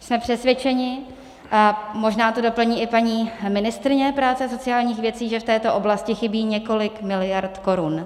Jsme přesvědčeni, a možná to doplní i paní ministryně práce a sociálních věcí, že v této oblasti chybí několik miliard korun.